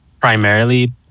primarily